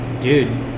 dude